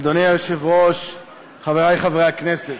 אדוני היושב-ראש, חברי חברי הכנסת,